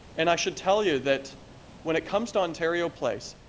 and i should tell you that when it comes to ontario place,